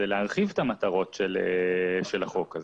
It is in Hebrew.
זה להרחיב את המטרות של החוק הזה.